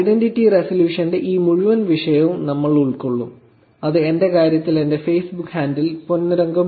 identity റെസല്യൂഷന്റെ ഈ മുഴുവൻ വിഷയവും നമ്മൾ ഉൾക്കൊള്ളും അത് എന്റെ കാര്യത്തിൽ എന്റെ ഫേസ്ബുക്ക് ഹാൻഡിൽ പൊന്നുരംഗം